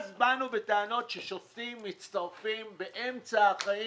אז באנו בטענות ששופטים מצטרפים באמצע החיים